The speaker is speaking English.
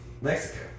Mexico